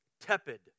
tepid